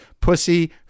pussy